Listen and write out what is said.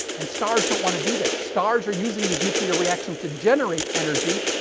and stars don't want to do that. stars are using these nuclear reactions to generate energy.